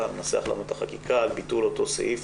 לנסח לנו את החקיקה על ביטול אותו סעיף